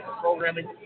programming